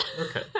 okay